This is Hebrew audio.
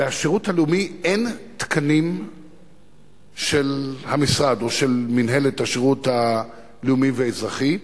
בשירות הלאומי אין תקנים של המשרד או של מינהלת השירות הלאומי והאזרחי.